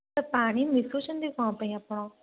ଏ ପାଣି ମିଶଉଛନ୍ତି କ'ଣ ପାଇଁ ଆପଣ